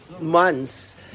months